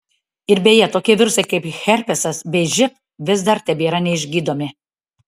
ir beje tokie virusai kaip herpesas bei živ vis dar tebėra neišgydomi